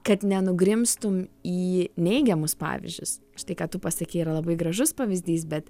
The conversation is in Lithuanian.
kad nenugrimztum į neigiamus pavyzdžius štai ką tu pasakei yra labai gražus pavyzdys bet